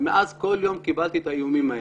ומאז כל יום קיבלתי את האיומים האלה.